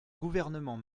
gouvernement